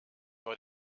war